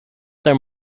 there